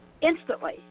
Instantly